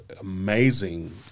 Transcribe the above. amazing